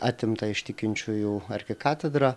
atimtą iš tikinčiųjų arkikatedrą